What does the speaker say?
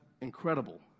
incredible